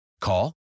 Call